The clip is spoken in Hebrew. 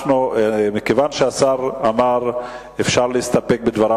מכיוון שהשר אמר שאפשר להסתפק בדבריו,